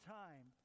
time